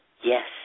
Yes